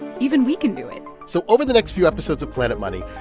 even we can do it so over the next few episodes of planet money,